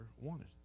wanted